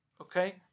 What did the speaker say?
okay